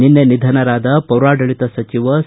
ನಿನ್ನೆ ನಿಧನರಾದ ಪೌರಾಡಳಿತ ಸಚಿವ ಸಿ